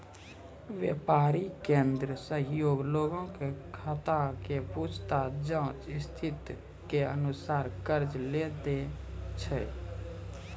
व्यापारिक केन्द्र सेहो लोगो के खाता के पूछताछ जांच स्थिति के अनुसार कर्जा लै दै छै